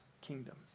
kingdom